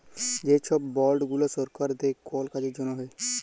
যে ছব বল্ড গুলা সরকার দেই কল কাজের জ্যনহে